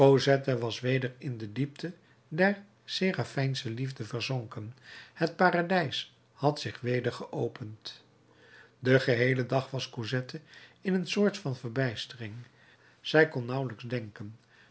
cosette was weder in de diepte der seraphijnsche liefde verzonken het paradijs had zich weder geopend den geheelen dag was cosette in een soort van verbijstering zij kon nauwelijks denken